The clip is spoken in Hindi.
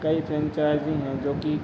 कई फ्रेंचाईज़ी हैं जोकि